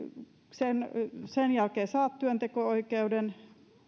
sen sen jälkeen saat työnteko oikeuden